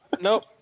nope